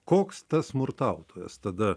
koks tas smurtautojas tada